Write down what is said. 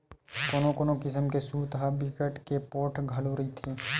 कोनो कोनो किसम के सूत ह बिकट के पोठ घलो रहिथे